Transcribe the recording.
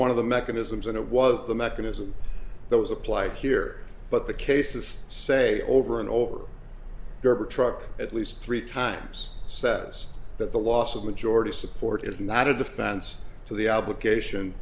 one of the mechanisms and it was the mechanism that was applied here but the cases say over and over europe a truck at least three times says that the loss of majority support is not a defense to the obligation